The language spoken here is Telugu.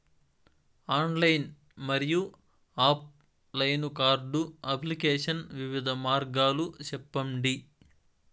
ఆన్లైన్ మరియు ఆఫ్ లైను కార్డు అప్లికేషన్ వివిధ మార్గాలు సెప్పండి?